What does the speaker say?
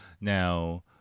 Now